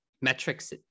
metrics